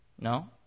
No